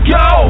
go